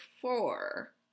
four